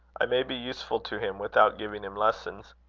i may be useful to him without giving him lessons.